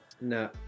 no